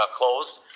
closed